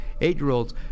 eight-year-olds